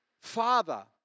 Father